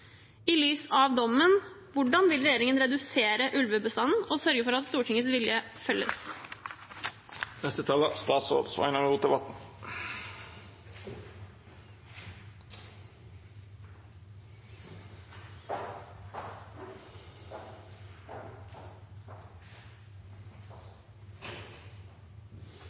I lys av dommen: Hvordan vil regjeringen redusere ulvebestanden og sørge for at Stortingets vilje følges?